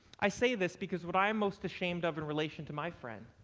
i say this because what i am most ashamed of in relation to my friend,